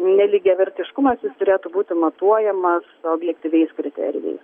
nelygiavertiškumas jis turėtų būti matuojamas objektyviais kriterijais